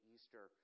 Easter